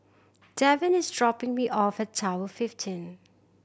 Devin is dropping me off at Tower fifteen